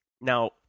Now